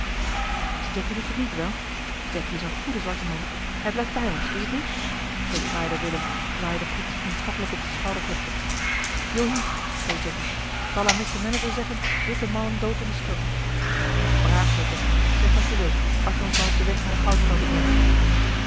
jacky doet het niet wel jacky is een goede zwarte man hij blijft bij ons is het niet zoo paaide willem terwijl hij den gids vriendschappelijk op den schouder klopte yohi zei jacky zal aan missa manager zeggen witte mannen dood in de scrub braaf zoo jacky zeg wat je wilt als je ons maar op den weg naar de goudvelden brengt